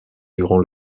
durant